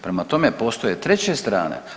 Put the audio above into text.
Prema tome, postoje treće strane.